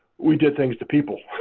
we did things to people.